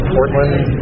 Portland